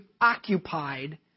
occupied